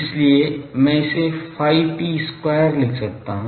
इसलिए मैं इसे phi p square लिख सकता हूं